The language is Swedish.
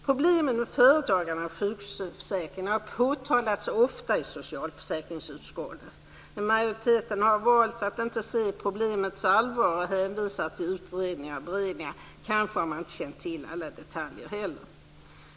Problemen med företagarna och sjukförsäkringen har påtalats ofta i socialförsäkringsutskottet, men majoriteten har valt att inte se problemets allvar och hänvisar till utredningar och beredningar. Man kanske inte heller har känt till alla detaljer.